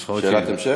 יש לך שאלת המשך?